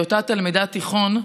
בהיותה תלמידת תיכון,